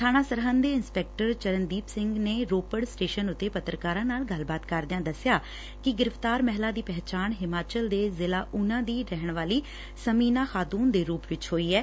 ਬਾਣਾ ਸਰਹਿਦ ਦੇ ਇਸਪੈਕਟਰ ਚਰਨਦੀਪ ਸਿੰਘ ਨੇ ਰੋਪੜ ਸਟੇਸ਼ਨ ਉੱਤੇ ਪੱਤਰਕਾਰਾ ਨਾਲ ਗੱਲਬਾਤ ਕਰਦਿਆ ਦਸਿਆ ਕਿ ਗ੍ਰਿਫ਼ਤਾਰ ਮਹਿਲਾ ਦੀ ਪਹਿਚਾਣ ਹਿਮਾਚਲ ਦੇ ਜ਼ਿਲ੍ਹਾ ਊਨਾ ਦੀ ਰਹਿਣ ਵਾਲੀ ਸਮੀਨਾ ਖਾੜੁਨ ਦੇ ਰੁਪ ਚ ਹੋਈ ਏ